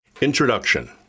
Introduction